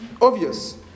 obvious